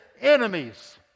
enemies